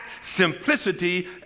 Simplicity